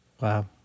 Wow